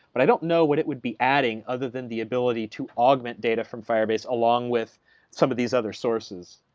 but i don't know what it would be adding other than the ability to augment data from firebase along with some of these other sources.